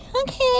okay